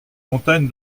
montagne